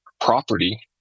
property